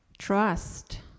Trust